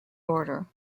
order